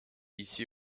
ici